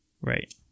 Right